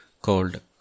called